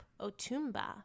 Otumba